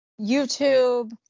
YouTube